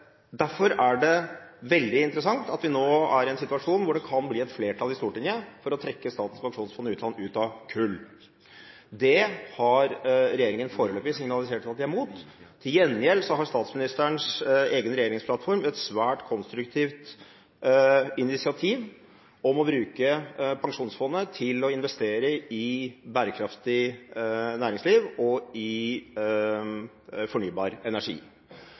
Derfor er det veldig interessant at vi nå er i en situasjon hvor det kan bli et flertall i Stortinget for å trekke Statens pensjonsfond utland ut av kull. Det har regjeringen foreløpig signalisert at de er imot. Til gjengjeld har statsministerens egen regjeringsplattform et svært konstruktivt initiativ om å bruke Pensjonsfondet til å investere i bærekraftig næringsliv og fornybar energi.